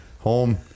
home